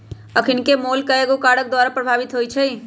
अखनिके मोल कयगो कारक द्वारा प्रभावित होइ छइ